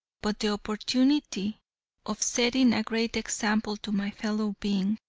but the opportunity of setting a great example to my fellow beings,